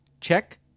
check